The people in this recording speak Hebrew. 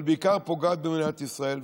אבל בעיקר פוגעת במדינת ישראל,